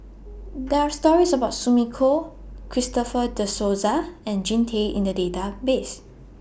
There Are stories about Sumiko Christopher De Souza and Jean Tay in The Database